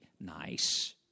nice